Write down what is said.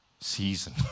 season